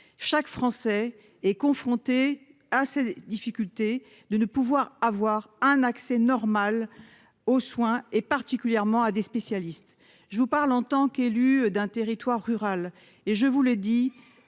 Chaque Français est confrontée à ces difficultés de ne pouvoir avoir un accès normal aux soins et particulièrement à des spécialistes je vous parle en tant qu'élu d'un territoire rural et je vous l'ai dit,